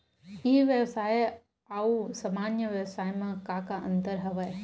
ई व्यवसाय आऊ सामान्य व्यवसाय म का का अंतर हवय?